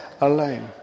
alone